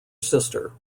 sister